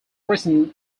recent